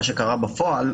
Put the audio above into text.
מה שקרה בפועל,